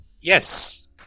Yes